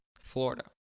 Florida